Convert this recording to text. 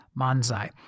manzai